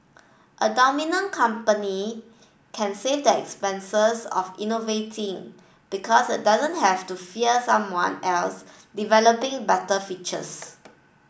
a dominant company can save the expenses of innovating because it doesn't have to fear someone else developing better features